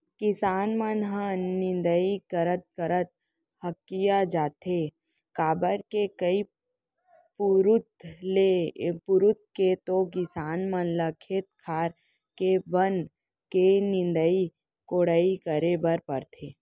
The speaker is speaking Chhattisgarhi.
किसान मन ह निंदई करत करत हकिया जाथे काबर के कई पुरूत के तो किसान मन ल खेत खार के बन के निंदई कोड़ई करे बर परथे